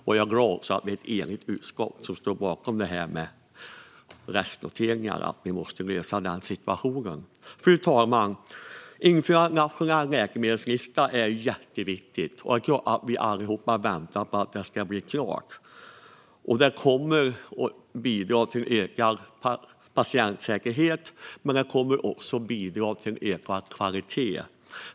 Jag är glad att vi är ett enigt utskott som står bakom att vi måste lösa situationen med restnoteringarna. Fru talman! Införandet av en nationell läkemedelslista är jätteviktigt, och jag tror att vi allihop väntar på att det ska bli klart. Läkemedelslistan kommer att bidra till ökad patientsäkerhet, men den kommer också att bidra till ökad kvalitet.